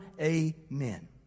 Amen